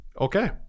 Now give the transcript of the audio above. Okay